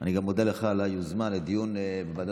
אני גם מודה לך על היוזמה לדיון בוועדת